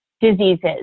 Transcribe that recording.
diseases